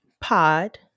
Pod